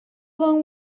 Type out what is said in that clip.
long